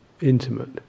intimate